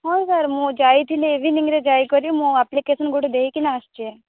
ହଁ ସାର୍ ମୁଁ ଯାଇଥିଲି ଇଭିନିଙ୍ଗରେ ଯାଇକରି ମୁଁ ଆପ୍ଲିକେସନ୍ ଗୋଟେ ଦେଇକିନା ଆସଛି